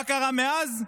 מה קרה מאז?